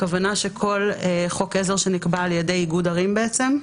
הכוונה כל חוק עזר שנקבע על ידי איגוד ערים בעצם?